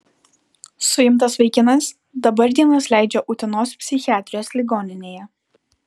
suimtas vaikinas dabar dienas leidžia utenos psichiatrijos ligoninėje